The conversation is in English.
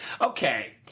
Okay